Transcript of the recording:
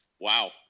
wow